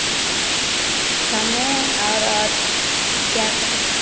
समय और अ क्या कह